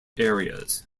areas